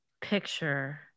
picture